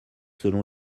selon